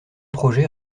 projets